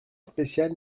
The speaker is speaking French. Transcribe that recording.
spéciale